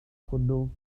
hwnnw